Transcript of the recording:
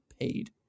paid